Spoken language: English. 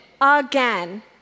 again